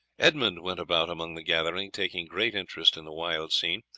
edmund went about among the gathering taking great interest in the wild scene,